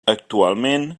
actualment